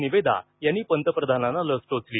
निवेदा यांनी पंतप्रधानांना लस टोचली